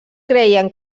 creien